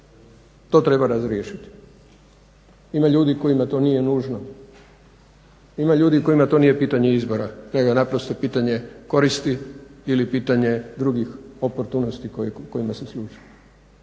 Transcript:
To treba razriješiti. Ima ljudi kojima to nije nužno, ima ljudi kojima to nije pitanje izbora nego naprosto pitanje koristi ili pitanje drugih oportunosti kojima se služe.